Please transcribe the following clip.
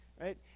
right